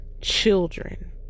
children